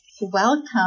Welcome